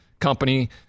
company